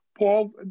Paul